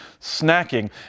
snacking